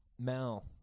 Mel